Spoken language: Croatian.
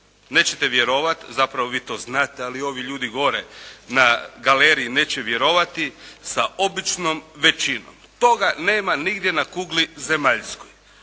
nećete vjerovati, zapravo vi to znate ali ovi ljudi gore na galeriji neće vjerovati, sa običnom većinom. Toga nema nigdje na kugli zemaljskoj.